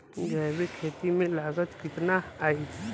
जैविक खेती में लागत कितना आई?